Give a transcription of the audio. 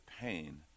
pain